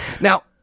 now